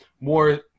more